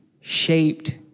shaped